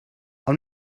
ond